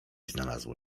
znalazło